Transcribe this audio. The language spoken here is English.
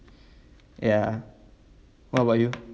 ya what about you